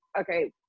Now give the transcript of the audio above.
okay